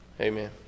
amen